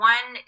One